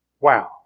Wow